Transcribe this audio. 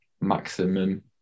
maximum